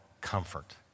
comfort